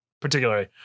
particularly